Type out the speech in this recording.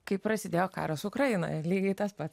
kai prasidėjo karas ukrainoje lygiai tas pats